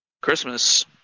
christmas